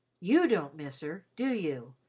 you don't miss her, do you?